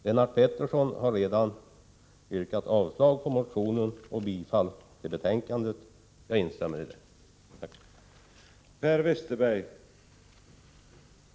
Lennart Pettersson har redan yrkat avslag på motionen och bifall till hemställan i betänkandet. Jag instämmer i detta.